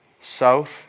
south